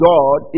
God